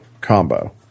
combo